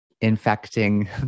infecting